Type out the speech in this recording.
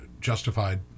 justified